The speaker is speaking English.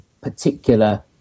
particular